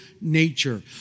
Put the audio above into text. nature